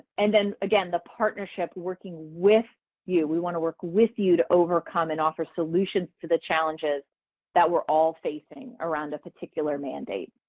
and then again the partnership working with you. we want to work with you to overcome and offer solutions to the challenges that we're all facing around a particular mandate.